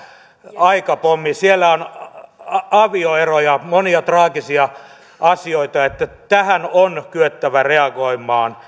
aikapommi siellä on avioeroja monia traagisia asioita ja tähän on kyettävä reagoimaan